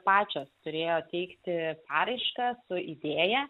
pačios turėjo teikti paraišką su idėja